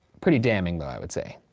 pretty damning though i would say.